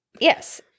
Yes